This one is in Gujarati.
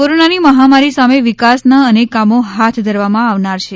કોરોનાની મહામારી સામે વિકાસના અનેક કામો હાથ ધરવામાં આવનાર છે